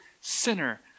sinner